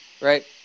Right